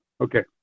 Okay